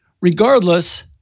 regardless